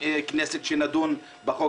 כנסת עכשיו שבה אנחנו יכולים לדון בו.